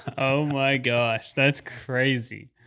oh my gosh, that's crazy.